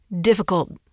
difficult